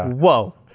whoa!